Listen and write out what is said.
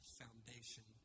foundation